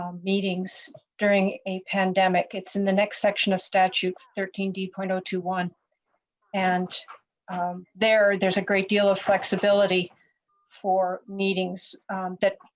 um meetings during a pandemic it's in the next section of statute thirteen d point two one and there there's a great deal of flexibility for that but